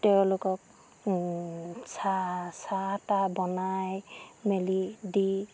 তেওঁলোকক চাহ চাহ তাহ বনাই মেলি দি